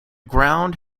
ground